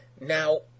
Now